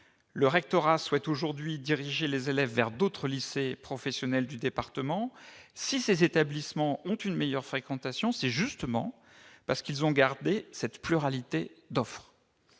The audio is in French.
Le rectorat souhaite aujourd'hui diriger les élèves vers d'autres lycées professionnels du département. Si ces établissements ont une meilleure fréquentation, c'est justement parce qu'ils ont gardé cette pluralité d'offres.